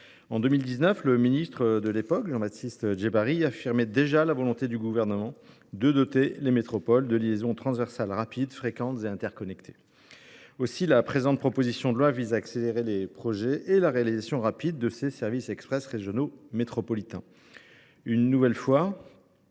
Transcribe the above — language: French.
secrétaire d’État chargé des transports, affirmait déjà la volonté du Gouvernement de « doter les métropoles de liaisons transversales rapides, fréquentes et interconnectées ». Aussi la présente proposition de loi vise t elle à accélérer les projets et la réalisation rapide de ces services express régionaux métropolitains. Une nouvelle fois,